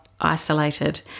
isolated